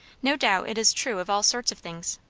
no doubt it is true of all sorts of things.